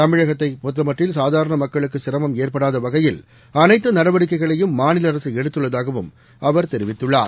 தமிழகத்தைபொறக்தமட்டில் சாதாரணமக்குளக்குசிரமம் ஏற்படாதவகையில் அனைத்துநடவடிக்கைகளையும் மாநிலஅரசுஎடுத்துள்ளதாகவும் அவர் தெரிவித்துள்ளார்